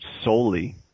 solely